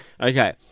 Okay